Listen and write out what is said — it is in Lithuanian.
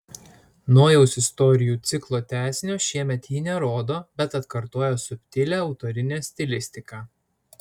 nojaus istorijų ciklo tęsinio šiemet ji nerodo bet atkartoja subtilią autorinę stilistiką